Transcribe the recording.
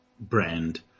brand